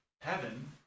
Heaven